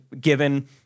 given